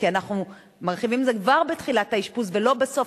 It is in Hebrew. כי אנחנו מרחיבים את זה כבר בתחילת האשפוז ולא בסוף,